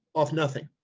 off nothing.